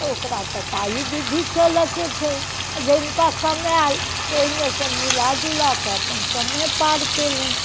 तऽ ओकरा तऽ ताहि विधि चलयके छै आ जिनका कमायल तऽ ओहिमे से मिलाजुला कऽ अपन समय पार कयलनि